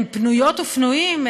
הם פנויות ופנויים,